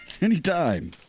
Anytime